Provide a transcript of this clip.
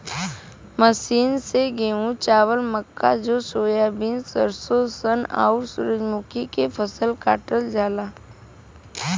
machine से गेंहू, चावल, मक्का, जौ, सोयाबीन, सरसों, सन, आउर सूरजमुखी के फसल काटल जाला